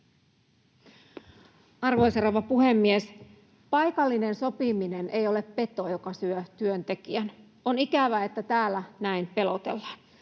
Arvoisa rouva puhemies! Paikallinen sopiminen ei ole peto, joka syö työntekijän. On ikävää, että täällä näin pelotellaan.